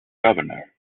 governor